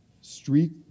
street